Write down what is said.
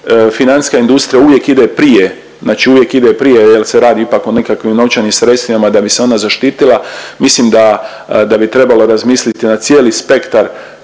financijska industrija uvijek ide prije, znači uvijek ide prije jel se radi ipak o nekakvim novčanim sredstvima da bi se ona zaštitila, mislim da, da bi trebalo razmisliti na cijeli spektar